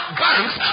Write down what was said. banks